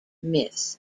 myth